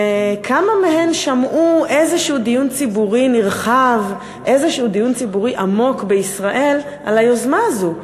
וכמה מהם שמעו איזשהו דיון ציבורי נרחב ועמוק בישראל על היוזמה הזאת?